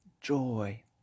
joy